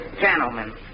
Gentlemen